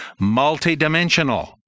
multidimensional